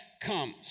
comes